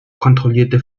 kontrollierte